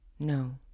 no